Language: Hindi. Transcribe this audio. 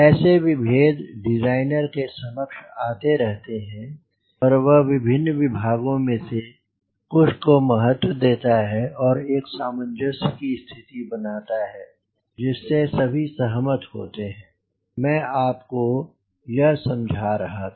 ऐसे विभेद डिज़ाइनर के समक्ष आते रहते हैं पर वह विभिन्न विभागों में से कुछ को महत्व देता है और एक सामंजस्य की स्थिति बनता है जिससे सभी सहमत होते है मैं आपको यह समझा रहा था